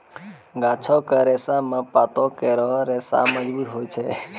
गाछो क रेशा म पातो केरो रेशा मजबूत होय छै